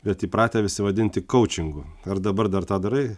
bet įpratę visi vadinti koučingu ar dabar dar tą darai